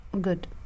Good